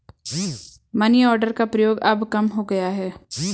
money order का प्रयोग अब कम हो गया है